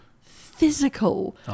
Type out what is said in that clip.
physical